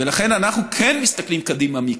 ולכן אנחנו כן מסתכלים קדימה, מיקי,